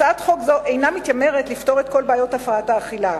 הצעת חוק זו אינה מתיימרת לפתור את כל בעיות הפרעות האכילה,